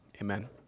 Amen